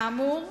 כאמור,